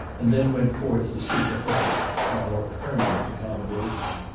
and then went forth to seek a house for our permanent accommodation.